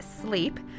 Sleep